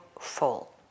full